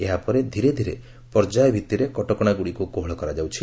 ଏହା ପରେ ଧୀରେ ଧୀରେ ପର୍ଯ୍ୟାୟ ଭିତ୍ତିରେ କଟକଣା ଗୁଡ଼ିକୁ କୋହଳ କରାଯାଉଛି